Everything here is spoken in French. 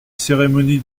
cérémonies